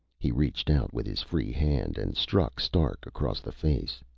he reached out with his free hand and struck stark across the face.